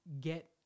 get